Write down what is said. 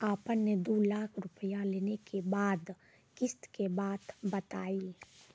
आपन ने दू लाख रुपिया लेने के बाद किस्त के बात बतायी?